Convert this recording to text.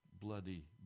bloody